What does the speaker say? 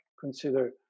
consider